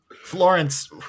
Florence